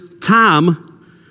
time